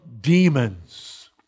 demons